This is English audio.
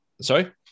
Sorry